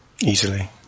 Easily